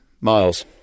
Miles